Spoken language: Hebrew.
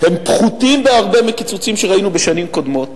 הם פחותים בהרבה מקיצוצים שראינו בשנים קודמות.